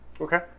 Okay